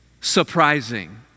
surprising